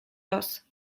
los